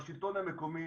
בשלטון המקומי,